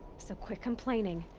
so quit complaining.